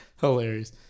Hilarious